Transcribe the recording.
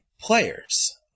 players